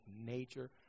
nature